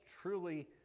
truly